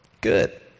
Good